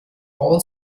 all